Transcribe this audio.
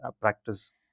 practice